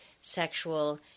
sexual